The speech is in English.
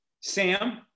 Sam